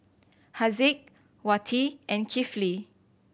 Haziq Wati and Kifli